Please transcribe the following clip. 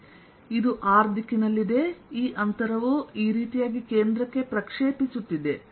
ಆದ್ದರಿಂದ ಇದು r ದಿಕ್ಕಿನಲ್ಲಿದೆ ಈ ಅಂತರವು ಈ ರೀತಿಯಾಗಿ ಕೇಂದ್ರಕ್ಕೆ ಪ್ರಕ್ಷೇಪಿಸುತ್ತಿದೆ